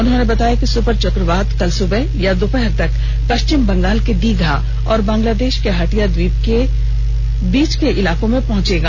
उन्होंने बताया कि सुपर चक्रवात कल सुबह या दोपहर तक पश्चिम बंगाल के दीघा और बंगलादेश के हटिया ट्वीप के बीच के इलाकों में पहुंचेगा